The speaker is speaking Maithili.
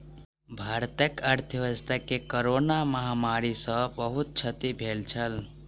भारतक अर्थव्यवस्था के कोरोना महामारी सॅ बहुत क्षति भेल छल